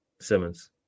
Simmons